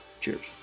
cheers